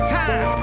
time